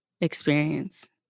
experience